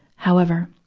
however,